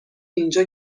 اینجا